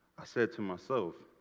i said to myself,